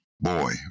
boy